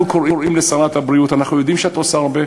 אנחנו קוראים לשרת הבריאות: אנחנו יודעים שאת עושה הרבה,